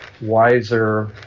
wiser